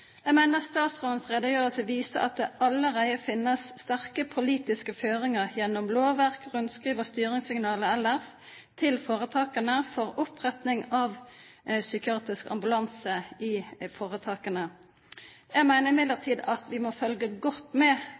Jeg mener statsrådens redegjørelse viser at det allerede finnes sterke politiske føringer gjennom lovverk, rundskriv og styringssignaler ellers til foretakene for oppretting av psykiatrisk ambulanse i foretakene. Jeg mener imidlertid at vi må følge godt med